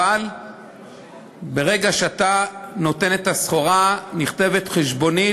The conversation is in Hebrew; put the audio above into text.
אבל ברגע שאתה נותן את הסחורה נכתבת חשבונית,